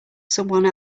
someone